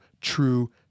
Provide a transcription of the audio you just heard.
true